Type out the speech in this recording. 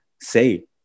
say